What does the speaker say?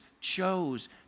chose